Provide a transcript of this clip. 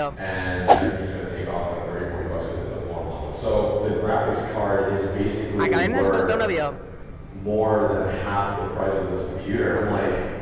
and i think he's going to take off like thirty or forty bucks because it's a floor model. so the graphics card is basically worth more than half of the price of this computer. i'm like,